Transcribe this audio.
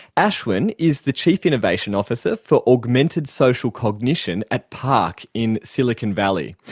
ashwin is the chief innovation officer for augmented social cognition at parc in silicon valley.